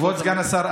כבוד סגן השר,